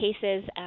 cases